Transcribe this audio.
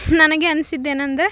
ನನಗೆ ಅನ್ಸಿದ್ದು ಏನಂದರೆ